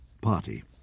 party